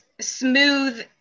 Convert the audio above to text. smooth